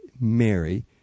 Mary